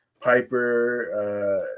Piper